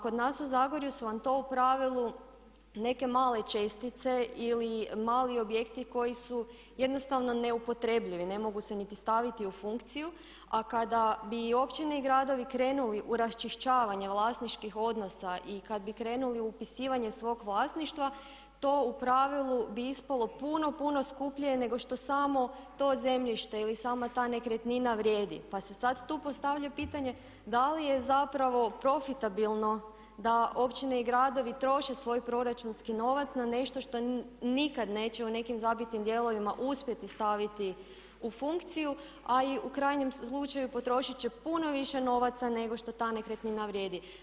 Kod nas u Zagorju su nam to u pravilu neke male čestice ili mali objekti koji su jednostavno neupotrebljivi, ne mogu se niti staviti u funkciju a kada bi općine i gradovi krenuli u raščišćavanje vlasničkih odnosa i kad bi krenuli u upisivanje svog vlasništva, to u pravilu bi ispalo puno, puno skupljije nego što samo to zemljište, ili sama ta nekretnina vrijedi pa se sad tu postavlja pitanje da li je zapravo profitabilno da općine i gradovi troše svoj proračunski novac na nešto što nikad neće u zabitim dijelovima uspjeti staviti u funkciju ali u krajnjem slučaju potrošit će puno više novaca nego što ta nekretnina vrijedi.